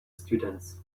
students